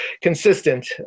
consistent